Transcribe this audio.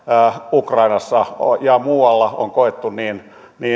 ukrainassa ja muualla on koettu niin